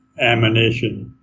ammunition